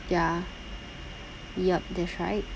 ya yup that's right